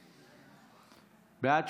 בעד,